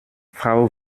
frau